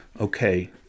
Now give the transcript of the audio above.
okay